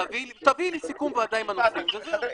תביאי לי סיכום ועדה עם הנושאים וזהו.